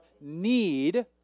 need